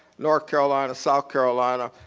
north carolina, south carolina,